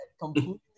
completely